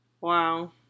Wow